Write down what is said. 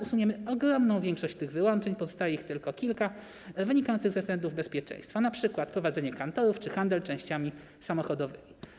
Usuniemy ogromną większość tych wyłączeń, pozostanie ich tylko kilka, wynikających ze względów bezpieczeństwa, np. prowadzenie kantorów czy handel częściami samochodowymi.